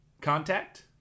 Contact